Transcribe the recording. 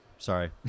Sorry